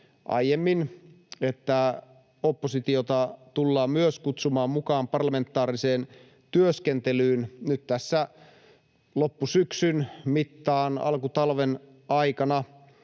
aiemmin, että myös oppositiota tullaan kutsumaan mukaan parlamentaariseen työskentelyyn nyt tässä loppusyksyn mittaan, alkutalven aikana,